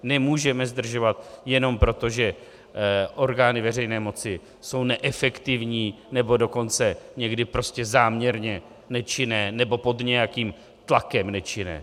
Nemůžeme zdržovat jenom proto, že orgány veřejné moci jsou neefektivní, nebo dokonce někdy záměrně nečinné nebo pod nějakým tlakem nečinné.